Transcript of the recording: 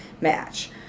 match